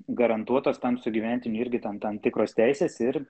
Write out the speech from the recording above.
garantuotos tam sugyventiniui irgi ten tam tikros teisės ir